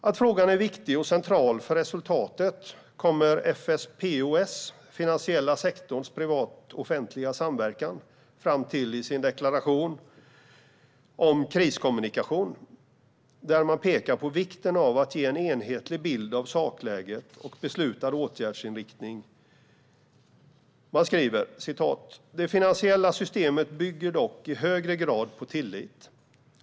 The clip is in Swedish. Att frågan är viktig och central för resultatet kommer FSPOS, Finansiella sektorns privat-offentliga samverkan, fram till i sin deklaration om kriskommunikation där man pekar på vikten av att ge en enhetlig bild av sakläget och beslutad åtgärdsinriktning. Man skriver: "Det finansiella systemet bygger dock i högre grad på tillit.